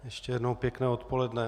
Ještě jednou pěkné odpoledne.